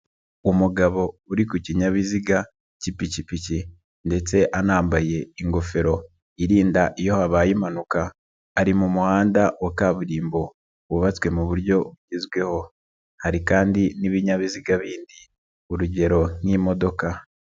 Umugabo uri ku kinyabiziga cy'ipikipiki ndetse anambaye ingofero irinda iyo habaye impanuka, ari mu muhanda wa kaburimbo wubatswe mu buryo bugezweho, hari kandi n'ibinyabiziga bindi urugero nk'imodoka.